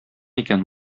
икән